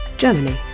Germany